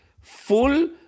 full